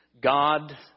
God